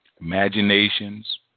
imaginations